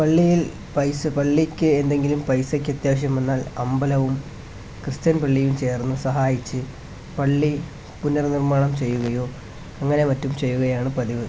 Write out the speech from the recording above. പള്ളിയില് പൈസ പള്ളിക്ക് എന്തെങ്കിലും പൈസക്ക് അത്യാവശ്യം വന്നാല് അമ്പലവും ക്രിസ്ത്യന് പള്ളിയും ചേര്ന്നു സഹായിച്ച് പള്ളി പുനര്നിര്മ്മാണം ചെയ്യുകയോ അങ്ങനെ മറ്റും ചെയ്യുകയാണ് പതിവ്